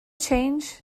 change